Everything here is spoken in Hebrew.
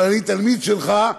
אבל אני תלמיד שלך,